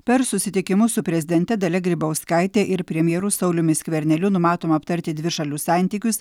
per susitikimus su prezidente dalia grybauskaite ir premjeru sauliumi skverneliu numatoma aptarti dvišalius santykius